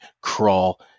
crawl